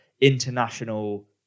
international